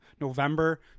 november